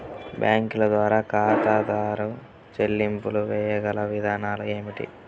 బ్యాంకుల ద్వారా ఖాతాదారు చెల్లింపులు చేయగల విధానాలు ఏమిటి?